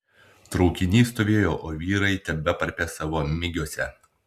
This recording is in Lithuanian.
traukinys stovėjo o vyrai tebeparpė savo migiuose